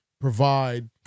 provide